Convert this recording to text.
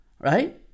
right